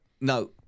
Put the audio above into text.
No